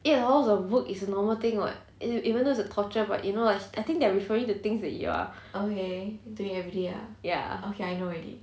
eight hours of work is a normal thing [what] e~ even though it's a torture but you know I think they are referring to things that you are ya